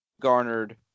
garnered